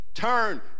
Turn